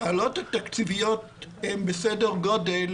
העלויות התקציביות הן בסדר גודל